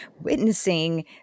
witnessing